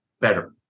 better